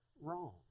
wrong